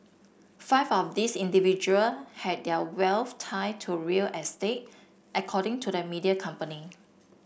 five of these individual had their wealth tied to real estate according to the media company